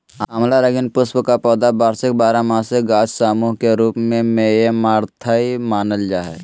आँवला रंगीन पुष्प का पौधा वार्षिक बारहमासी गाछ सामूह के रूप मेऐमारैंथमानल जा हइ